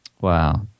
Wow